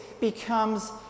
becomes